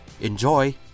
Enjoy